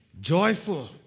joyful